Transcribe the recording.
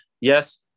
yes